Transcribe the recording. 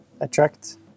attract